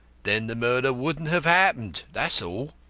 then the murder wouldn't have happened, that's all.